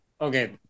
okay